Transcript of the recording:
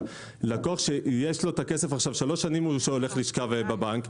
לקוח שיש לו כסף והוא הולך לשכב בבנק שלוש שנים,